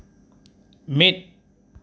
ᱢᱤᱫ